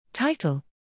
Title